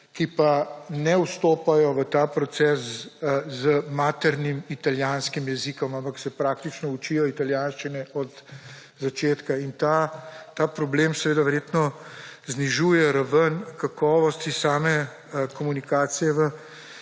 ki pa ne vstopajo v ta proces z maternim italijanskim jezikom, ampak se praktično učijo italijanščine od začetka. In ta problem seveda verjetno znižuje raven kakovosti same komunikacije v